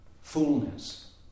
fullness